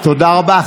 תודה רבה.